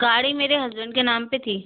गाड़ी मेरे हसबैंड के नाम पर थी